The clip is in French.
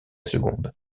seconde